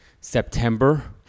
September